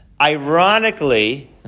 Ironically